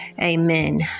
Amen